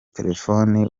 telefoni